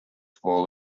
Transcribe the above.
fall